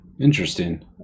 Interesting